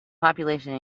population